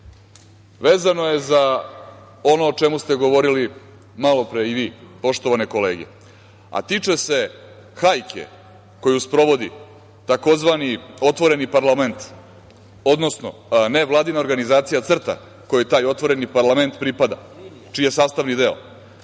je za ono o čemu ste govorili malopre i vi, poštovane kolege, a tiče se hajke koju sprovodi tzv. "otvoreni parlament", odnosno nevladina organizacija CRTA kojoj taj otvoreni parlament pripada, čiji je sastavni deo.